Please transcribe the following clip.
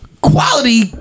quality